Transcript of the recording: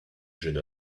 jeune